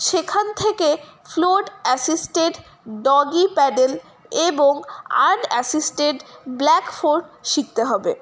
সেখান থেকে float assisted doggy paddle এবং আর অ্যাসিস্টেড ব্ল্যাক ফোর শিখতে হবে